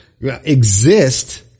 exist